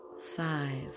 Five